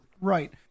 Right